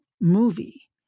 movie